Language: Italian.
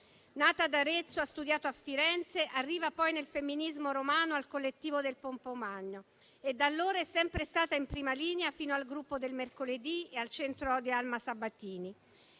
Nata ad Arezzo, ha studiato a Firenze. È arrivata poi al femminismo romano nel *Collettivo* di via **Pompeo Magno** e da allora è sempre stata in prima linea fino al Gruppo del mercoledì e al Centro documentazione